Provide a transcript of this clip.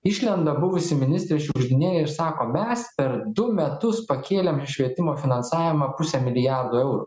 išlenda buvusi ministrė šiugždinienė ir sako mes per du metus pakėlėme švietimo finansavimą puse milijardo eurų